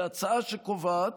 להצעה שקובעת